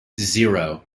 zero